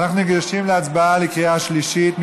אנחנו ניגשים להצבעה בקריאה שלישית.